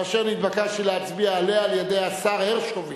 אשר נתבקשתי להצביע עליה על-ידי השר הרשקוביץ.